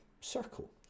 circle